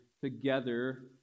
together